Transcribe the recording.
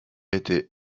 été